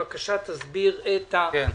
בבקשה, תסביר את הנושא.